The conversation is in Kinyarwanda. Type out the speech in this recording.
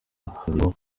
bikubiyemo